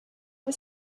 was